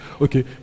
Okay